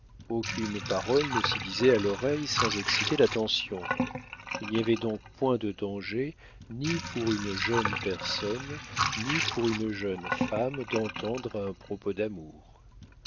aucune parole ne s'y disait à l'oreille sans exciter l'attention il n'y avait donc point de danger ni pour une jeune personne ni pour une jeune femme d'entendre un propos d'amour